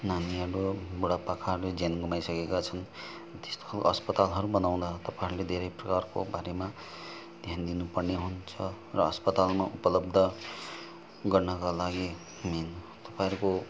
मान्य लोक बुढा पाकाहरूले ज्यान गुमाइसकेका छन् त्यस्तो अस्पतालहरू बनाउँदा तपाईँहरूले धेरै ठुलोहरूको बारेमा ध्यान दिनु पर्ने हुन्छ र अस्पतालमा उपलब्ध गर्नका लागि मेन तपाईँहरूको